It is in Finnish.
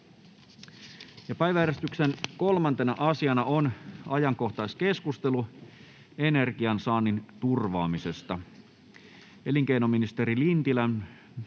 Päiväjärjestyksen 3. asiana on ajankohtaiskeskustelu energiansaannin turvaamisesta.